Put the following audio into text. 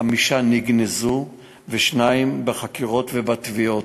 חמישה נגנזו ושניים בחקירות ובתביעות.